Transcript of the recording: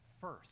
first